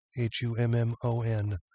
H-U-M-M-O-N